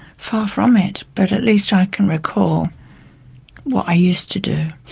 far from it, but at least i can recall what i used to do.